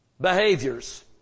behaviors